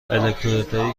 الکترودهایی